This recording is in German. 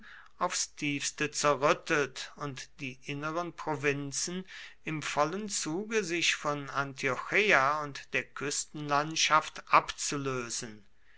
aufs tiefste zerrüttet und die inneren provinzen im vollen zuge sich von antiocheia und der küstenlandschaft abzulösen